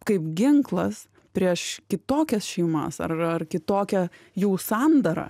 kaip ginklas prieš kitokias šeimas ar ar kitokią jų sandarą